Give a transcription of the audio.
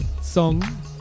song